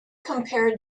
compare